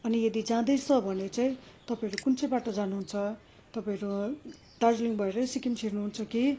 अनि यदि जाँदैछ भने चाहिँ तपाईँहरू कुन चाहिँ बाटो जानुहुन्छ तपाईँहरू दार्जिलिङ भएरै सिक्किम छिर्नुहुन्छ कि